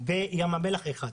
ובים המלח אחד.